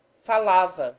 falardes